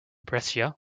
brescia